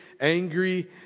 angry